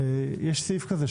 יש סעיף כזה.